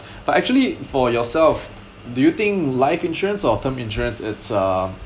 but actually for yourself do you think life insurance or term insurance is uh